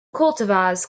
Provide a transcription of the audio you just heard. cultivars